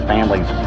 Families